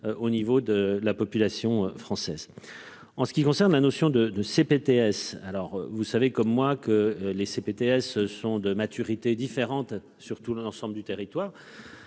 au niveau de la population française. En ce qui concerne la notion de 2 CPTS alors vous savez comme moi que les CPTS sont de maturité différentes sur tout l'ensemble du territoire.